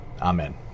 Amen